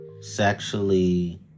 sexually